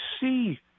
see